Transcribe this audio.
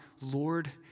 lord